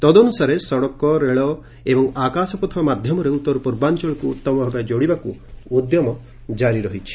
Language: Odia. ତଦନୁସାରେ ସଡ଼କ ରେଳ ଓ ଆକାଶପଥ ମାଧ୍ୟମରେ ଉତ୍ତରପୂର୍ବାଞ୍ଚଳକୁ ଉତ୍ତମ ଭାବେ ଯୋଡ଼ିବାକ୍ ଉଦ୍ୟମ ଜାରି ରହିଛି